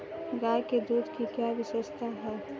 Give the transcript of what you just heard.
गाय के दूध की क्या विशेषता है?